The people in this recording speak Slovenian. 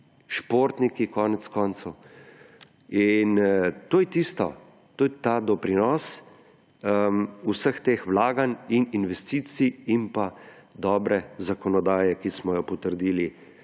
športniki konec koncev in to je tisto, to je ta doprinos vseh teh vlaganj in investicij in pa dobre zakonodaje, ki smo jo potrdili